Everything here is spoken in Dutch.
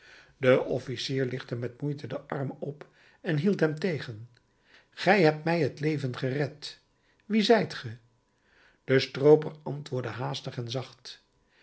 de officier lichtte met moeite den arm op en hield hem tegen gij hebt mij t leven gered wie zijt ge de strooper antwoordde haastig en zacht